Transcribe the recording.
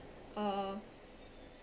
uh